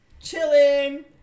chilling